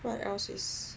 what else is